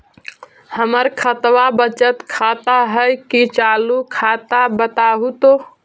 हमर खतबा बचत खाता हइ कि चालु खाता, बताहु तो?